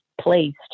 placed